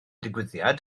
digwyddiad